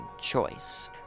choice